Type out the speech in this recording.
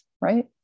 right